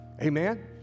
Amen